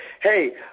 hey